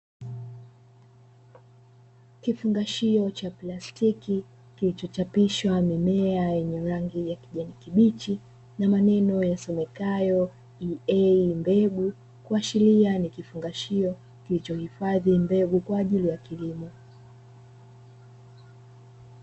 Kifungashio cha plastiki, kilichochapishwa mimea yenye rangi ya kijani kibichi na maneno yasomekayo "EA MBEGU" kuashiria ni kifungashio kilichohifadhi mbegu kwaajili ya kilimo.